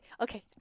Okay